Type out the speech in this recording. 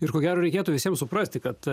ir ko gero reikėtų visiem suprasti kad